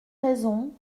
raisons